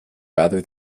rather